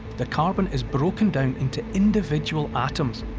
the carbon is broken down into individual atoms,